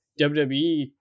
wwe